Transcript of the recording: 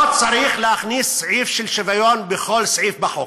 לא צריך להכניס סעיף של שוויון בכל סעיף בחוק.